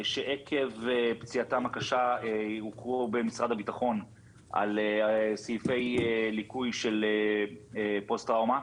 שעקב פציעתם הקשה הוכרו במשרד הביטחון על סעיפי ליקוי של פוסט טראומה,